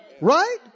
Right